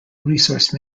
resource